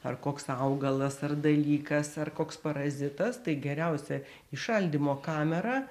ar koks augalas ar dalykas ar koks parazitas tai geriausia į šaldymo kamerą